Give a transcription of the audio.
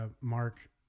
Mark